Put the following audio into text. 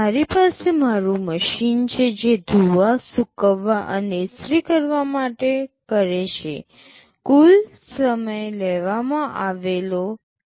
મારી પાસે મારું મશીન છે જે ધોવા સૂકવવા અને ઇસ્ત્રી કરવા માટે છે કુલ સમય લેવામાં આવેલો T